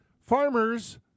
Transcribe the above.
farmers